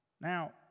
Now